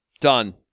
Done